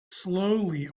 slowly